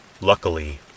Luckily